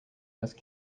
must